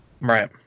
Right